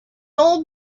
old